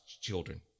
children